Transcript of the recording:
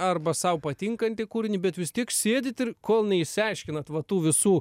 arba sau patinkantį kūrinį bet vis tiek sėdit ir kol neišsiaiškinat va tų visų